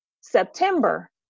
September